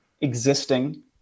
existing